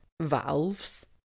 valves